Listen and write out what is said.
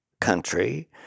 country